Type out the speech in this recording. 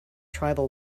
tribal